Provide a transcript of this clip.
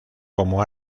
como